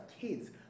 kids